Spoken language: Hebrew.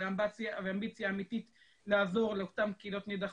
ואמביציה אמיתית לעזור לאותן קהילות נידחות,